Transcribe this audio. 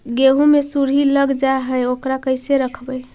गेहू मे सुरही लग जाय है ओकरा कैसे रखबइ?